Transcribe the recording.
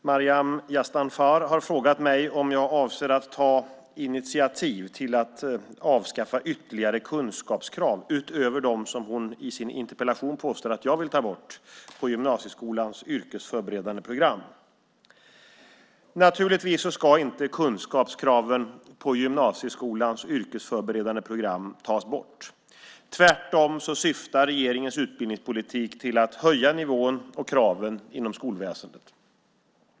Herr talman! Maryam Yazdanfar har frågat mig om jag avser att ta initiativ till att avskaffa ytterligare kunskapskrav, utöver dem som hon i sin interpellation påstår att jag vill ta bort, på gymnasieskolans yrkesförberedande program. Naturligtvis ska inte kunskapskraven på gymnasieskolans yrkesförberedande program tas bort. Tvärtom syftar regeringens utbildningspolitik till att höja nivån och kraven inom skolväsendet.